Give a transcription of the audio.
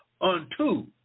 unto